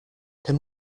can